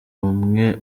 umwe